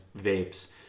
vapes